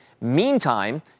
Meantime